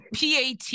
PAT